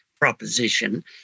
proposition